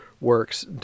Works